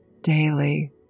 daily